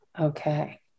Okay